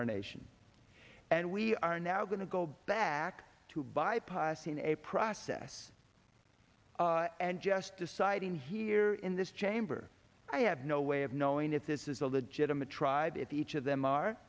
our nation and we are now going to go back to bypassing a process and just deciding here in this chamber i have no way of knowing if this is a legitimate tribe it each of them are